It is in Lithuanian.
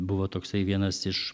buvo toksai vienas iš